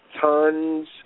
tons